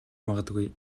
магадгүй